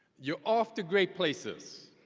you're off to great places.